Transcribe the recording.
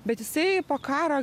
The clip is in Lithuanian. bet jisai po karo